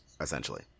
essentially